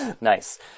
Nice